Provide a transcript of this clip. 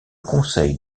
conseil